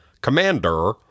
Commander